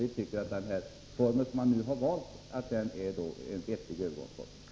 Vi tycker att den form som man nu valt är en vettig övergångsform.